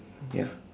ya